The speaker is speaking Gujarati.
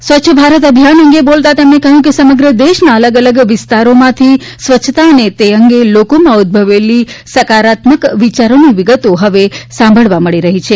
સ્વચ્છ ભારત અભિયાન અંગે બોલતાં તેમણે કહ્યું કે સમગ્ર દેશના અલગ અલગ વિસ્તારોમાંથી સ્વચ્છતા અને તે અંગે લોકોમાં ઉદભવેલી સકારાત્મક વિયારોની વિગતો હવે સાંભળવા મળી રહી છે